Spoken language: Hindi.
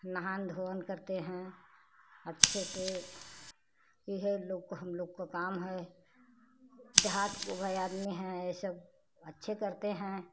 नहान धोअन करते हैं अच्छे से इहे लोग को हम लोग को काम है देहात के भाई आदमी है ये सब को अच्छे करते हैं